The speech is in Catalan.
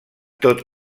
tot